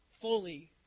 fully